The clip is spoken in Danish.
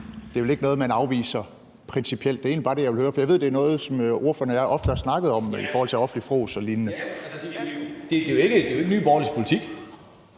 Det er vel ikke noget, man afviser principielt? Det er egentlig bare det, jeg vil høre, for jeg ved, at det er noget, som ordføreren og jeg ofte har snakket om i forhold til offentligt frås og lignende. Kl. 17:18 Fjerde næstformand